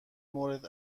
مورد